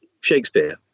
shakespeare